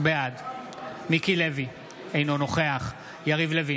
בעד מיקי לוי, אינו נוכח יריב לוין,